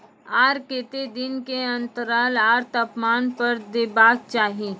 आर केते दिन के अन्तराल आर तापमान पर देबाक चाही?